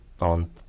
on